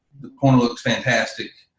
the corner looks fantastic,